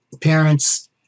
parents